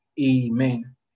Amen